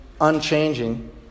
unchanging